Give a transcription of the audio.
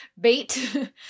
bait